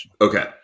Okay